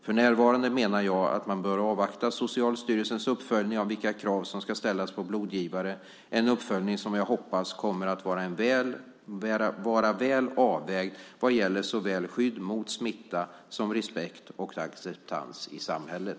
För närvarande menar jag att man bör avvakta Socialstyrelsens uppföljning av vilka krav som ska ställas på blodgivare. Det är en uppföljning som jag hoppas kommer att vara väl avvägd vad gäller såväl skydd mot smitta som respekt och acceptans i samhället.